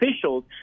officials